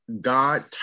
God